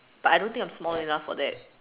but I don't think I'm small enough for that